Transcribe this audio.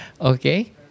Okay